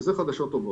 שזה חדשות טובות.